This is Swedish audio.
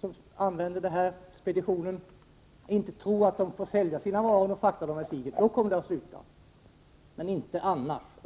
som utnyttjar den här speditionen tror att de inte får sälja sina varor om de fraktar dem med Sigyn — då kommer de att sluta, men inte annars.